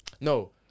no